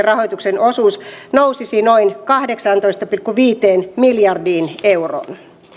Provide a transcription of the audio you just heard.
rahoituksen osuus nousisi noin kahdeksaantoista pilkku viiteen miljardiin euroon